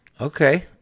okay